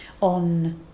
on